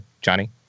Johnny